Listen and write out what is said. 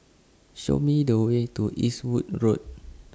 Show Me The Way to Eastwood Road